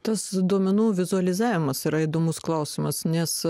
tas duomenų vizualizavimas yra įdomus klausimas nes